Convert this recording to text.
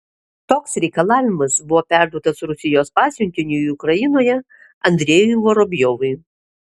toks reikalavimas buvo perduotas rusijos pasiuntiniui ukrainoje andrejui vorobjovui